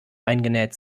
eingenäht